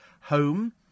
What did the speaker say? home